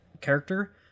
character